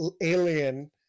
alien